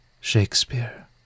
Shakespeare